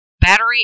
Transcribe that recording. battery